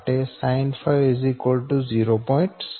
8 હોય તો Q માટે sinɸ 0